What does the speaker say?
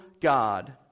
God